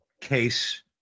case